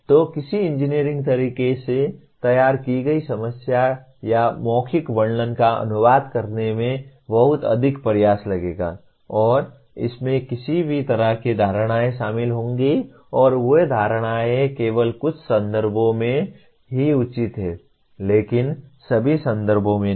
तो किसी इंजीनियरिंग तरीके से तैयार की गई समस्या का मौखिक वर्णन का अनुवाद करने में बहुत अधिक प्रयास लगेगा और इसमें किसी भी तरह की धारणाएं शामिल होंगी और वे धारणाएँ केवल कुछ संदर्भों में ही उचित हैं लेकिन सभी संदर्भों में नहीं